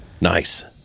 nice